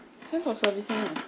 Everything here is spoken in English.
send for servicing lah